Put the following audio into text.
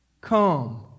come